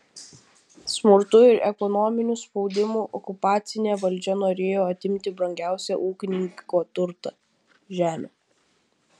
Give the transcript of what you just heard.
smurtu ir ekonominiu spaudimu okupacinė valdžia norėjo atimti brangiausią ūkininko turtą žemę